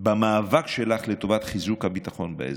במאבק שלך לטובת חיזוק הביטחון באזור.